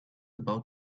about